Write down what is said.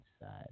Inside